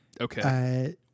Okay